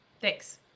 Thanks